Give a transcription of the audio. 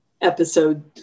episode